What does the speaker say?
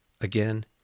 Again